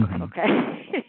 okay